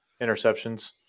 interceptions